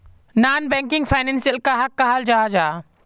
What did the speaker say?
Non banking financial कहाक कहाल जाहा जाहा?